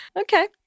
Okay